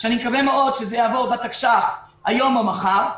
ואני מקווה מאוד שזה יעבור בתקש"ח היום או מחר.